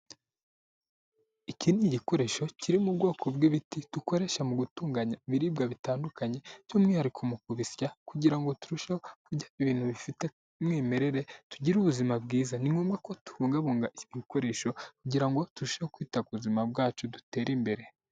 Iki ni igikoresho kiri mu bwoko bw'ibiti, dukoresha mu gutunganya ibiribwa bitandukanye, by'umwihariko mu kubisya kugira ngo turusheho kurya ibintu bifite umwimerere, tugire ubuzima bwiza. Ni ngombwa ko tubungabunga ibikoresho, kugira ngo turusheho kwita kuzima bwacu dutere imbere.